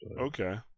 okay